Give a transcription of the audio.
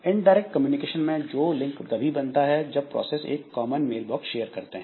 indirect communication में link तभी बनता है जब प्रोसेस एक कॉमन मेल बॉक्स शेयर करते हैं